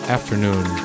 Afternoon